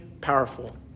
powerful